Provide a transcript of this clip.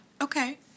Okay